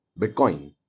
Bitcoin